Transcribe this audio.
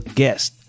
guest